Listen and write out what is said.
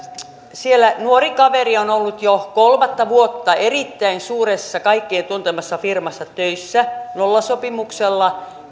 siellä nuori kaveri on ollut jo kolmatta vuotta erittäin suuressa kaikkien tuntemassa firmassa töissä nollasopimuksella